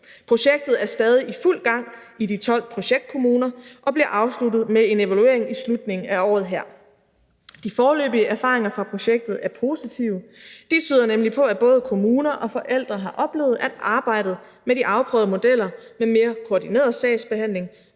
Projektet er stadig i fuld gang i de 12 projektkommuner og bliver afsluttet med en evaluering i slutningen af året her. De foreløbige erfaringer fra projektet er positive. De tyder nemlig på, at både kommuner og forældre har oplevet, at arbejdet med de afprøvede modeller med mere koordineret sagsbehandling